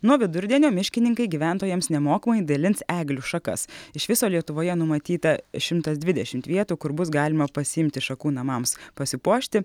nuo vidurdienio miškininkai gyventojams nemokamai dalins eglių šakas iš viso lietuvoje numatyta šimtas dvidešimt vietų kur bus galima pasiimti šakų namams pasipuošti